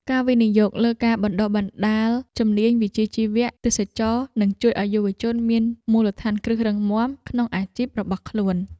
ការវិនិយោគលើការបណ្តុះបណ្តាលជំនាញវិជ្ជាជីវៈទេសចរណ៍នឹងជួយឱ្យយុវជនមានមូលដ្ឋានគ្រឹះរឹងមាំក្នុងអាជីពរបស់ខ្លួន។